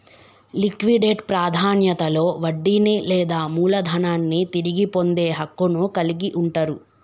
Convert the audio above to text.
liquidate ప్రాధాన్యతలో వడ్డీని లేదా మూలధనాన్ని తిరిగి పొందే హక్కును కలిగి ఉంటరు